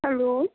hello